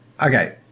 Okay